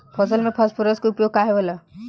फसल में फास्फोरस के उपयोग काहे होला?